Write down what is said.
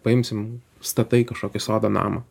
paimsim statai kažkokį sodo namą